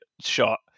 shot